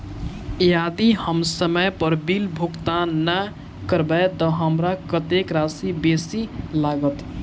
यदि हम समय पर बिल भुगतान नै करबै तऽ हमरा कत्तेक राशि बेसी लागत?